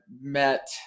met